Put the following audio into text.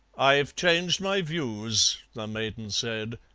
i've changed my views, the maiden said,